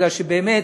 כי באמת,